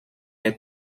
est